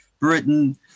Britain